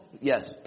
Yes